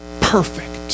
perfect